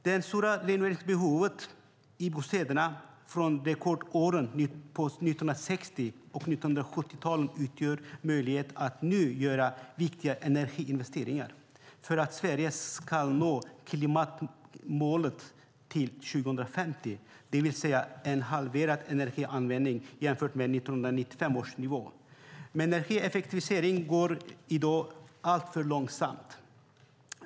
Det stora renoveringsbehovet i bostäderna från rekordåren på 1960 och 1970-talen utgör en möjlighet att nu göra viktiga energiinvesteringar för att Sverige ska nå klimatmålet till 2050, det vill säga en halverad energianvändning jämfört med 1995 års nivå. Men energieffektiviseringen går i dag alltför långsamt.